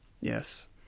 Yes